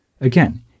Again